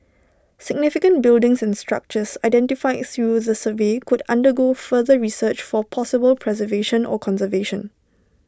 significant buildings and structures identified through the survey could undergo further research for possible preservation or conservation